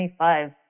25